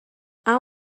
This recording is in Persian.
اما